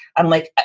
i'm like,